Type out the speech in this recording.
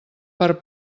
per